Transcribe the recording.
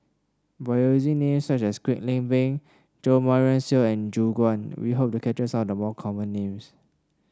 by using names such as Kwek Leng Beng Jo Marion Seow and Gu Juan we hope to capture some the common names